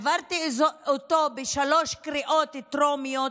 העברתי אותו בשלוש קריאות טרומיות,